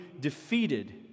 defeated